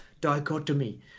dichotomy